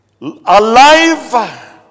alive